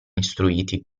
istruiti